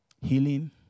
Healing